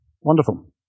Wonderful